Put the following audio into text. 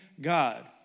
God